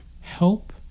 help